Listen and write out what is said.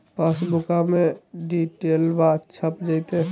पासबुका में डिटेल्बा छप जयते?